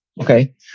Okay